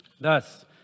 Thus